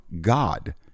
God